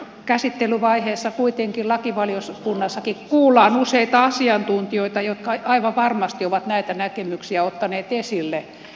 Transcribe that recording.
käsittelyvaiheessa kuitenkin lakivaliokunnassakin kuullaan useita asiantuntijoita jotka aivan varmasti ovat näitä näkemyksiä ottaneet esille